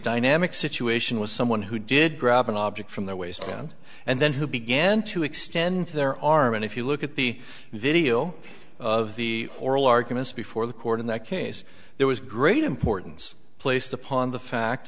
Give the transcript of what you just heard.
dynamic situation with someone who did grab an object from the waist down and then who began to extend their arm and if you look at the video of the oral arguments before the court in that case there was great importance placed upon the fact